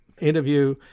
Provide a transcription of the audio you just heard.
interview